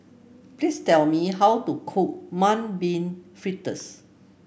please tell me how to cook Mung Bean Fritters